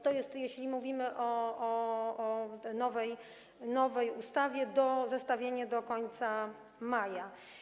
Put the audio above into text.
To jest, jeśli mówimy o nowej ustawie, zestawienie do końca maja.